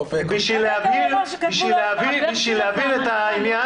לבלות...בשביל להבהיר את העניין,